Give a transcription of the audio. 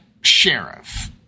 sheriff